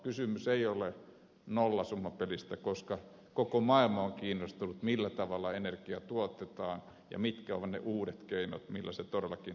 kysymys ei ole nollasummapelistä koska koko maailma on kiinnostunut siitä millä tavalla energia tuotetaan ja mitkä ovat ne uudet keinot millä se todellakin tehdään